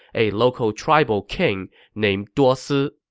a local tribal king named duosi.